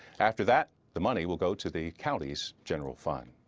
after that the money will go to the county's general fund.